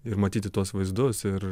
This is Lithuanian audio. ir matyti tuos vaizdus ir